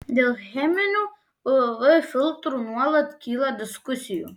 dėl cheminių uv filtrų nuolat kyla diskusijų